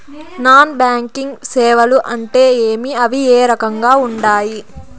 non banking సేవలు అంటే ఏమి అవి ఏ రకంగా ఉండాయి